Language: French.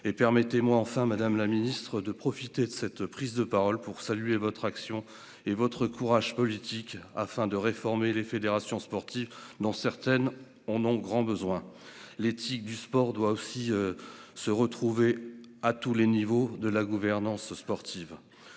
permettez-moi de profiter de cette prise de parole pour saluer votre action et votre courage politique pour réformer les fédérations sportives- certaines en ont grand besoin. L'éthique du sport doit aussi se retrouver à tous les échelons de la gouvernance sportive.